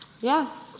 Yes